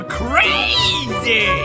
crazy